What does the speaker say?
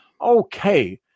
Okay